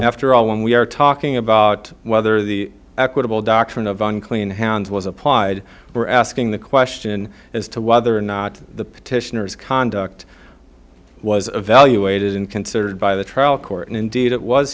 after all when we are talking about whether the equitable doctrine of unclean hands was applied or asking the question as to whether or not the petitioners conduct was evaluated in considered by the trial court and indeed it was